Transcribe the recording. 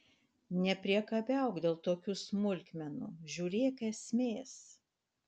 nepriekabiauk dėl tokių smulkmenų žiūrėk esmės